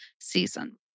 season